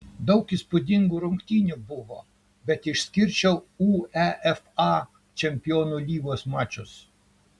daug įspūdingų rungtynių buvo bet išskirčiau uefa čempionų lygos mačus